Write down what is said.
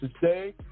today